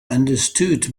understood